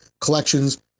collections